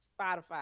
Spotify